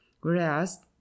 whereas